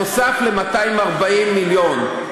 נוסף על 240 מיליון.